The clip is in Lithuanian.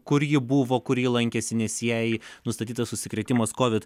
kur ji buvo kur ji lankėsi nes jai nustatytas užsikrėtimas covid